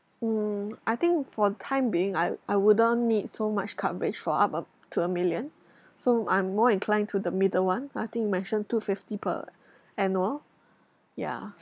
mm I think for the time being I'll I wouldn't need so much coverage for up uh to a million so I'm more inclined to the middle one I think you mentioned two fifty per annual ya